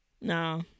no